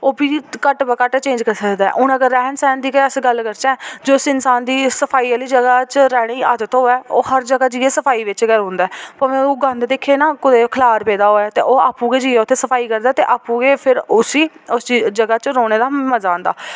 ओह् बी घट्ट ब घट्ट चेंज करी सकदा ऐ हून अगर रैह्न सैह्न दी गै अस गल्ल करचै जे उस इंसान दी सफाई आह्ली जगह् च रौह्ने दी आदत होऐ ओह् हर जगह् जियां सफाई बिच्च गै रौंह्दा ऐ भामें ओह् गंद दिक्खै न कुदै खलार पेदा होऐ ओह् आपूं गै जाइयै उत्थै सफाई करदा ते आपूं गै फिर उसी उस जगह् च रौह्ने दा मजा आंदा